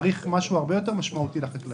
צריך משהו הרבה יותר משמעותי לחקלאים.